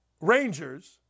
Rangers